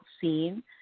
seen